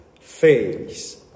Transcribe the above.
face